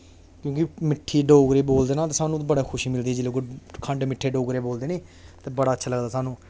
क्योंकि मिट्ठी डोगरी बोलदे न ते सानूं ते बड़ी खुशी मिलदी ऐ जेल्लै कोई खंड मिट्ठे डोगरे बोलदे नी ते बड़ा अच्छा लगदा सानूं